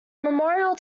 memorial